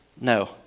No